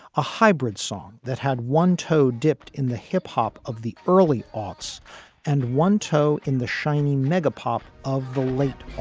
a hybrid song that had one toe dipped in the hip hop of the early aughts and one toe in the shiny mega pop of the late